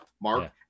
Mark